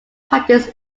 practice